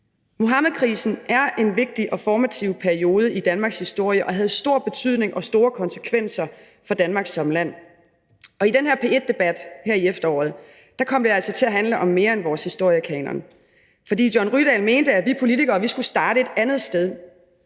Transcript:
Muhammedkrisen er en vigtig og formativ periode i Danmarks historie, og den havde stor betydning og store konsekvenser for Danmark som land. Og i den her P1-debat her i efteråret kom det altså til at handle om mere end vores historiekanon. For John Rydahl mente, at vi politikere skulle starte et andet sted.